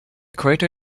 crater